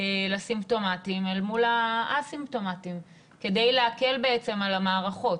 לסימפטומטיים אל מול הא-סימפטומטיים כדי להקל על המערכות.